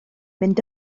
mynd